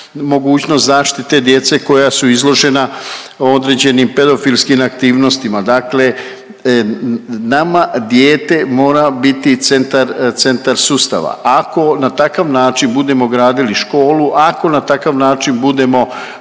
mogućnost zaštite djece koja su izložena određenim pedofilskim aktivnostima, dakle nama dijete mora biti centar, centar sustava. Ako na takav način budemo gradili školu, ako na takav način budemo,